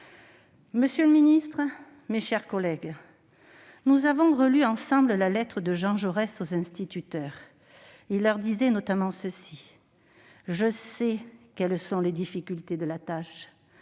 Monsieur le ministre, mes chers collègues, nous avons relu ensemble la lettre de Jean Jaurès aux instituteurs. Il leur indiquait notamment ceci :« Je sais quelles sont les difficultés de la tâche.